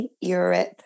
Europe